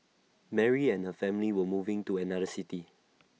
Mary and her family were moving to another city